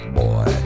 boy